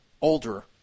older